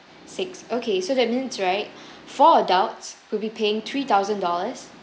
six okay so that means right four adults will be paying three thousand dollars